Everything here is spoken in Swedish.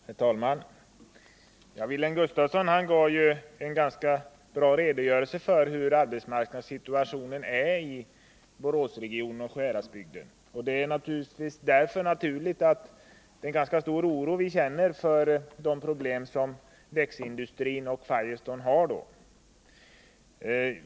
Herr talman! Wilhelm Gustafsson gav en ganska bra redogörelse för arbetsmarknadssituationen i Boråsregionen och Sjuhäradsbygden. Det är alltså naturligt att vi känner en ganska stor oro inför de problem som Firestone och däcksindustrin i övrigt har.